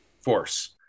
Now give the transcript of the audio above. force